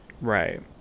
Right